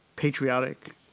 patriotic